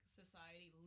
society